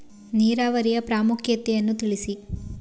ನೀರಾವರಿಯ ಪ್ರಾಮುಖ್ಯತೆ ಯನ್ನು ತಿಳಿಸಿ?